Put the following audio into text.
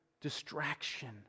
distraction